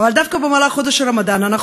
אבל דווקא במהלך חודש הרמדאן אנחנו